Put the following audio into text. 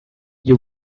you